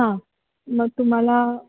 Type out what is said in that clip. हां मग तुम्हाला